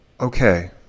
Okay